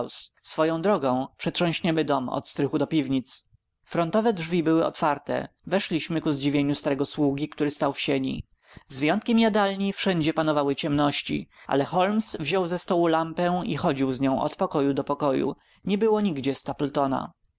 swoją drogą przetrząśniemy dom od strychu do piwnic frontowe drzwi były otwarte weszliśmy ku zdziwieniu starego sługi który stał w sieni z wyjątkiem jadalni wszędzie panowały ciemności ale holmes wziął ze stołu lampę i chodził z nią od pokoju do pokoju nie było nigdzie